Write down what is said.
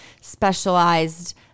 specialized